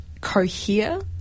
cohere